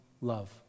love